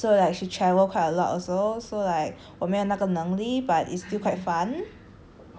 quite rich so like she travel quite a lot also so like 我没那个能力 but it's still quite fun